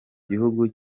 gihugu